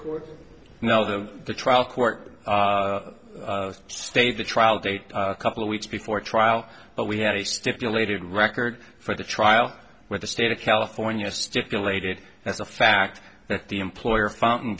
court now that the trial court stayed the trial date a couple of weeks before trial but we had a stipulated record for the trial where the state of california stipulated as a fact that the employer fountain